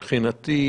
מבחינתי,